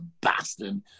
bastard